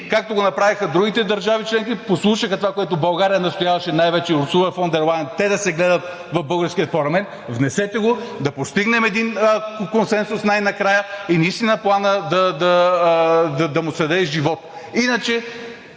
както го направиха другите държави членки, послушаха това, което България настояваше – най-вече и Урсула фон дер Лайен, те да се гледат в българския парламент. Внесете го, да постигнем един консенсус най-накрая и наистина на Плана да му се даде живот. Иначе